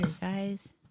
guys